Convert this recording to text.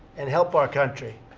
and help our country.